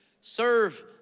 Serve